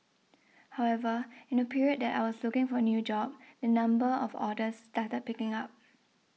however in the period that I was looking for a new job the number of orders started picking up